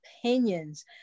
opinions